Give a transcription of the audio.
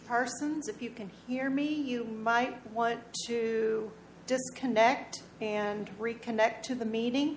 arsons if you can hear me you might want to connect and reconnect to the meeting